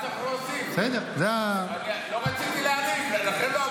--- אני לא רציתי להעליב ולכן לא אמרתי.